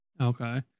Okay